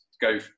go